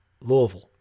Louisville